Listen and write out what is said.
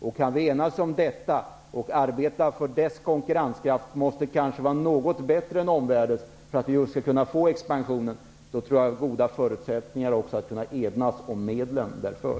Om vi kan enas om detta och arbeta för näringslivets konkurrenskraft, som kanske måste vara något bättre än omvärldens för att vi skall uppnå expansionen, tror jag att förutsättningarna är goda för att kunna enas om medlen därför.